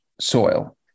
soil